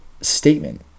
statement